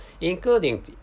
including